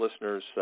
listeners